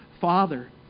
Father